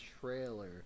trailer